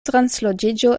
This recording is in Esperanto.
transloĝiĝo